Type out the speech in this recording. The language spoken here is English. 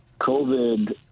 COVID